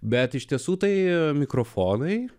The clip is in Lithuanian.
bet iš tiesų tai mikrofonai